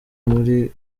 muri